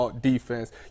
defense